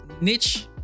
niche